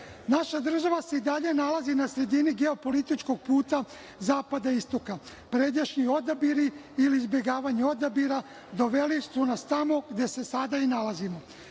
država se i dalje nalazi na sredini geopolitičkog puta zapada i istoka. Pređašnji odabiri ili izbegavanje odabira doveli su nas tamo gde se sada i nalazimo.